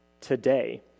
today